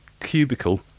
cubicle